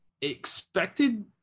expected